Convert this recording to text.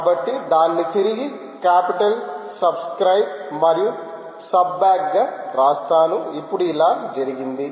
కాబట్టి దాన్ని తిరిగి కాపిటల్ సబ్స్క్రైబ్ మరియు సబ్బ్యాక్గా గా రాస్తానుఇప్పుడు ఇలా జరుగుతుంది